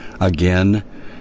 again